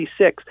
1966